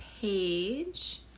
page